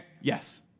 Yes